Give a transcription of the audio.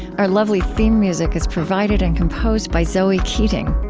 our lovely theme music is provided and composed by zoe keating.